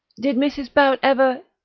did mrs. barrett ever.